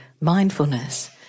mindfulness